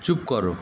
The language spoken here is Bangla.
চুপ করো